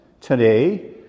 today